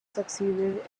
succeeded